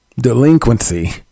Delinquency